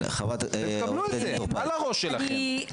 תקבלו את זה על הראש שלכם.